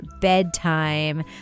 bedtime